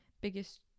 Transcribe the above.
biggest